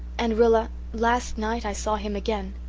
and rilla, last night i saw him again.